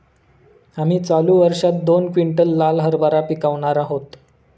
आम्ही चालू वर्षात दोन क्विंटल लाल हरभरा पिकावणार आहोत